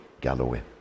Galloway